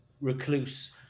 recluse